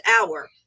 hour